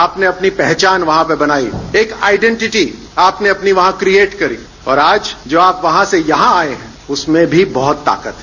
आपने अपनी पहचान वहां पर बनाई एक आइडेंटिटी आपने अपनी वहां क्रिएट करी और आज जो आप वहां से यहां आए हैं उसमें भी बहुत ताकत है